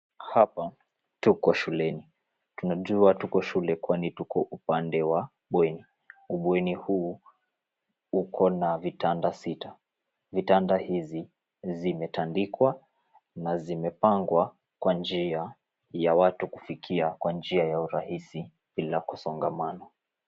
Hapa tuko shuleni, tunajua tuko shule kwani tuko upande wa bweni. Ubweni huu uko na vitanda sita, Vitanda hizi zimetandikwa na zimepangwa kwa njia ya watu kufikia kwa njia ya urahisi bila kusongamana.